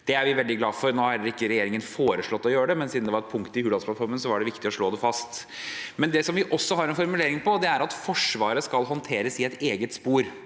Det er vi veldig glade for. Regjeringen har heller ikke foreslått å gjøre det, men siden det var et punkt i Hurdalsplattformen, var det viktig å slå dette fast. Noe vi også har en formulering på, er at Forsvaret skal håndteres i et eget spor.